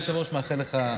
יושב-ראש הקואליציה,